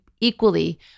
equally